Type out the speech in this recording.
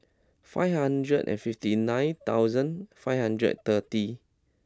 five hundred and fifty nine thousand five hundred thirty